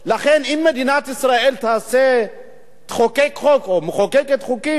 לכן, אם מדינת ישראל תחוקק חוק, או מחוקקת חוקים,